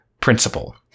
principle